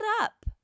up